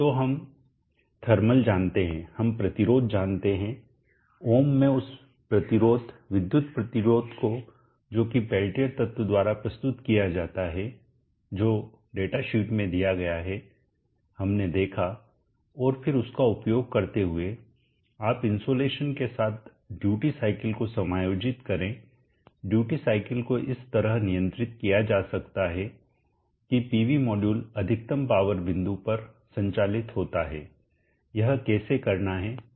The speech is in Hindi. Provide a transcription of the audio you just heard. तो हम थर्मल जानते हैं हम प्रतिरोध जानते हैं ओम में उस प्रतिरोध विद्युत प्रतिरोध को जो कि पेल्टियर तत्व द्वारा प्रस्तुत किया जाता है जो डेटाशीट में दिया गया है हमने देखा और फिर इसका उपयोग करते हुए आप इन्सोलशन के साथ ड्यूटी साइकल को समायोजित करें ड्यूटी साइकल को इस तरह नियंत्रित किया जा सकता है कि पीवी मॉड्यूल अधिकतम पावर बिंदु पर संचालित होता है यह कैसे करना है हम जानते हैं